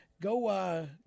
go